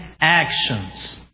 actions